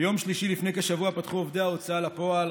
ביום שלישי לפני כשבוע פתחו עובדי ההוצאה לפועל,